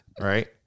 Right